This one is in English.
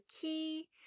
key